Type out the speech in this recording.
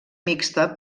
mixta